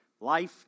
life